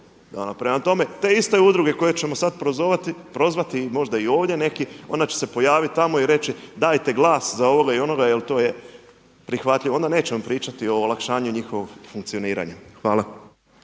Prema tome, te iste udruge koje ćemo sad prozvati možda sad i ovdje neki, onda će se pojavit tamo i reći dajte glas za ovoga i onoga jer to je prihvatljivo. Onda nećemo pričati o olakšanju njihovog funkcioniranja. Hvala.